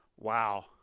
Wow